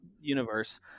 universe